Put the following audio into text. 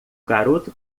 garoto